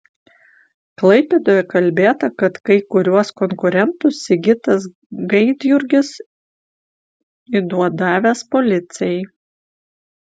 klaipėdoje kalbėta kad kai kuriuos konkurentus sigitas gaidjurgis įduodavęs policijai